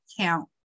count